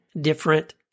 different